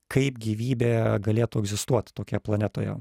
kaip gyvybė galėtų egzistuoti tokie planetoje